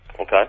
Okay